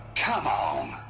come on!